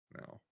no